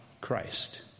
Christ